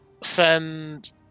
send